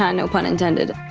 ah no pun intended